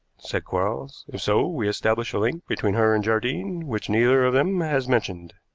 said quarles. if so, we establish a link between her and jardine which neither of them has mentioned.